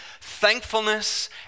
thankfulness